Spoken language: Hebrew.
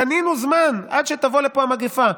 קנינו זמן עד שתבוא לפה המגפה.